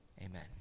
Amen